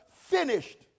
finished